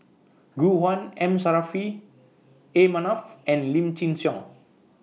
Gu Juan M Saffri A Manaf and Lim Chin Siong